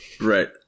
Right